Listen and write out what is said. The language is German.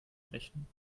rechnen